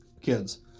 kids